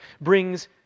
brings